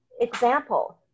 example